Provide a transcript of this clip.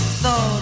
thought